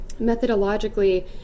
Methodologically